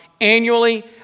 annually